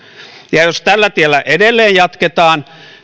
sisään jos tällä tiellä edelleen jatketaan